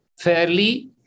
fairly